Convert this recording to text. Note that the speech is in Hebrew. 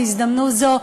בהזדמנות זו,